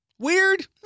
Weird